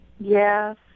Yes